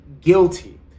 guilty